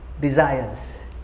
desires